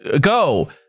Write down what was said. Go